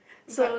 but